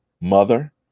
mother